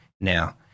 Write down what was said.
Now